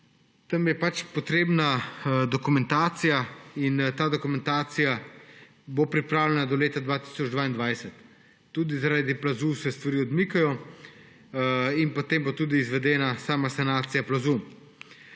je potrebna dokumentacija in ta dokumentacija bo pripravljena do leta 2022. Tudi zaradi plazu se stvari odmikajo. Potem bo tudi izvedena sama sanacija plazu.